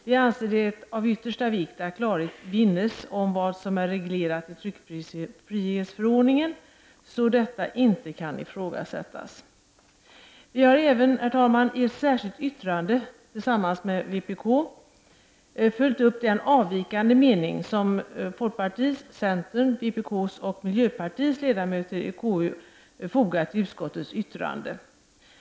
Vi anser att det är av yttersta vikt att klarhet vinnes om vad som är reglerat i tryckfrihetsförordningen så att detta inte kan ifrågasättas. Vi har även, tillsammans med vpk, i ett särskilt yttrande följt upp den avvikande mening som folkpartiets, centerns, vpk:s och miljöpartiets ledamöter i KU har fogat till utskottets yttrande.